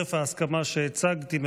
חרף ההסכמה שהצגתי,